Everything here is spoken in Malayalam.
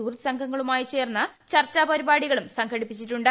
സുഹൃദ് സംഘങ്ങളുമായി ചേർന്ന് ചർച്ചാ പരിപാടികളും സംഘടിപ്പിച്ചിട്ടുണ്ട്